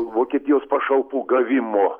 vokietijos pašalpų gavimo